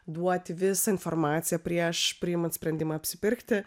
duoti visą informaciją prieš priimant sprendimą apsipirkti